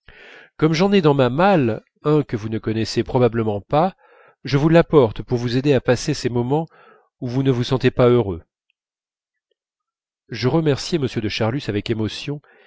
comme j'en ai dans ma malle un que vous ne connaissez probablement pas je vous l'apporte pour vous aider à passer ces moments où vous ne vous sentez pas heureux je remerciai m de charlus avec émotion